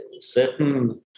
certain